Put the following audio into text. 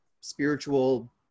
spiritual